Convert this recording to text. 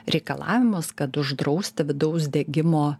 reikalavimus kad uždrausti vidaus degimo